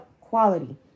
quality